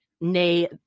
nay